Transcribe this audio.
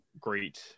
great